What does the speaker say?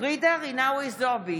ג'ידא רינאוי זועבי,